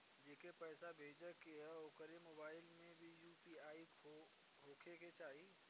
जेके पैसा भेजे के ह ओकरे मोबाइल मे भी यू.पी.आई होखे के चाही?